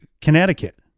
Connecticut